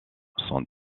sont